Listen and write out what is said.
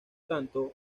tanto